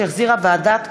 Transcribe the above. שהחזירה ועדת החוקה,